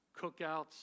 cookouts